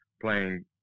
playing